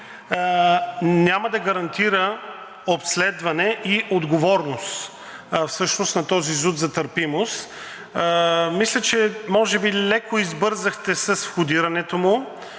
няма да гарантира обследване и отговорност на този ЗУТ за търпимост. Мисля, че може би леко избързахте с входирането му.